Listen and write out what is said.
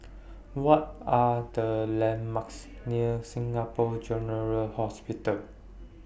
What Are The landmarks near Singapore General Hospital